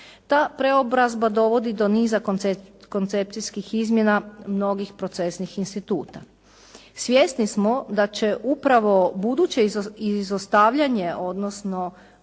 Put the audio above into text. Ta preobrazba dovodi do niza koncepcijskih izmjena mnogih procesnih instituta. Svjesni smo da će upravo buduće izostavljanje, odnosno